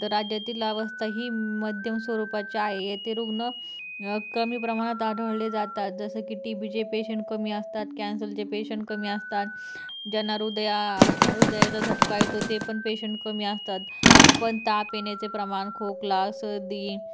तर राज्यातील अवस्था ही मध्यम स्वरूपाची आहे येथे रुग्ण कमी प्रमाणात आढळले जातात जसे की टी बीचे पेशंट कमी असतात कॅन्सलचे पेशंट कमी असतात ज्यांना हृदया हृदयाचा झटका येतो ते पण पेशंट कमी असतात पण ताप येण्याचे प्रमाण खोकला सर्दी